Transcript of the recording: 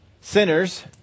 sinners